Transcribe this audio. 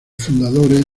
fundadores